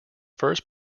first